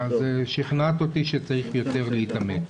שכנעת אותי שצריך יותר להתאמץ.